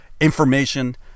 information